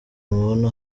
mubona